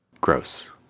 Gross